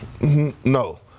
No